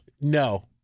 No